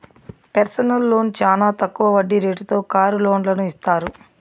personal loan చానా తక్కువ వడ్డీ రేటుతో కారు లోన్లను ఇత్తారు